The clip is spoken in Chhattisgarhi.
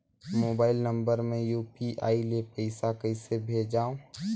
मोबाइल नम्बर मे यू.पी.आई ले पइसा कइसे भेजवं?